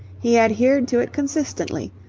he adhered to it consistently,